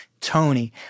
Tony